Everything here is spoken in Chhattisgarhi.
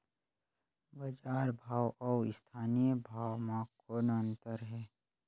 बजार भाव अउ स्थानीय भाव म कौन अन्तर हे?